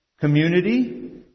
community